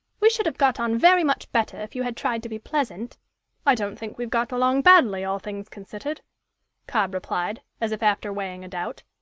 we should have got on very much better if you had tried to be pleasant i don't think we've got along badly, all things considered cobb replied, as if after weighing a doubt.